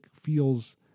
feels